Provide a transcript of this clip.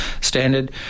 standard